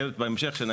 בהמשך.